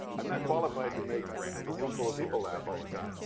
i'm not qualified to make a roomful of people laugh all the time.